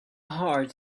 heart